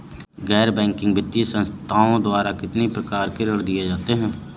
गैर बैंकिंग वित्तीय संस्थाओं द्वारा कितनी प्रकार के ऋण दिए जाते हैं?